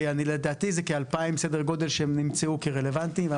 כי לדעתי זה סדר גודל של כ-2000 שנמצאו כרלבנטיים,